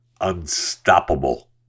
unstoppable